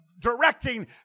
Directing